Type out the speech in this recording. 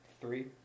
Three